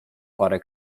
parę